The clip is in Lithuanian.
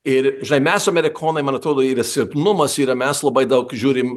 ir žnai mes amerikonai man atrodo yra silpnumas yra mes labai daug žiūrim